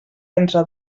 entre